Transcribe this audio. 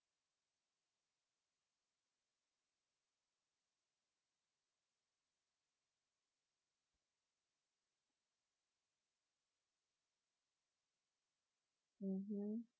mmhmm